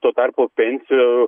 tuo tarpu pensijų